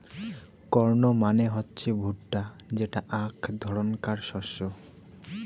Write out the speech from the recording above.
corn মানে হসে ভুট্টা যেটা আক ধরণকার শস্য